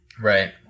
right